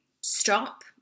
stop